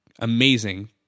amazing